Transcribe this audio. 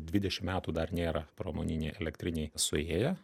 dvidešim metų dar nėra pramoninei elektrinei suėję